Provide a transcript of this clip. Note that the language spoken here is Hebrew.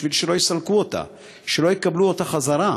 כדי שלא יסלקו אותה או לא יקבלו אותה חזרה.